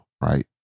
right